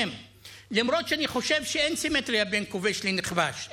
למרות שאני חושב שאין סימטריה בין כובש לנכבש,